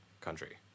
country